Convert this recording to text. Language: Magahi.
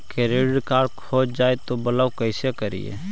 क्रेडिट कार्ड खो जाए तो ब्लॉक कैसे करी?